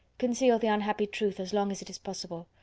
conceal the unhappy truth as long as it is possible,